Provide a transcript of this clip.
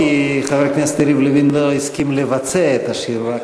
כי חבר הכנסת יריב לוין לא הסכים לבצע את השיר,